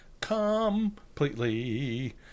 completely